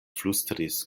flustris